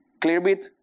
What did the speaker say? Clearbit